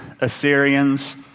Assyrians